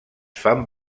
fan